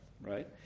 right